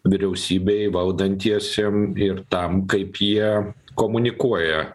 vyriausybei valdantiesiem ir tam kaip jie komunikuoja